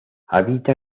habita